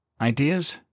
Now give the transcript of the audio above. Ideas